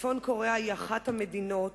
צפון-קוריאה היא אחת המדינות